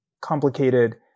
complicated